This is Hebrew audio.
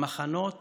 במחנות